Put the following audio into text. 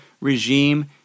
Regime